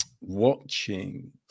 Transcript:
watching